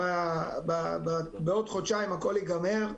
שבעוד חודשיים הכול ייגמר,